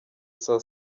saa